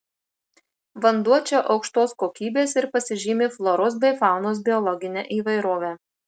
vanduo čia aukštos kokybės ir pasižymi floros bei faunos biologine įvairove